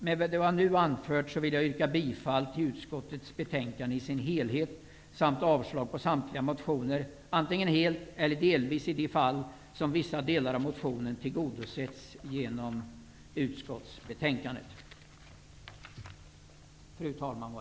Med hänvisning till vad jag nu anfört ber jag att få yrka bifall till utskottets hemställan i dess helhet samt avslag på samtliga motioner -- antingen helt, eller delvis i de fall som vissa delar av motionerna tillgodosetts genom utskottets skrivning.